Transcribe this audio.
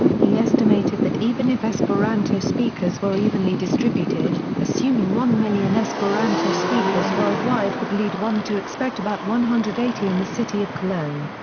he estimated that even if esperanto speakers were evenly distributed, assuming one million esperanto speakers worldwide would lead one to expect about one hundred and eighty in the city of cologne.